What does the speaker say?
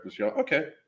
Okay